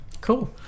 Cool